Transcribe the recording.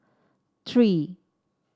three